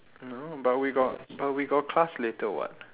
no but we got we got class later [what]